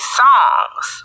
songs